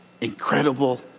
incredible